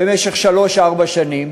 במשך שלוש-ארבע שנים,